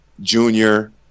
Junior